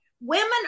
women